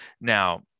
Now